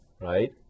right